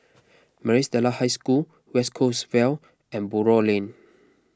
Maris Stella High School West Coast Vale and Buroh Lane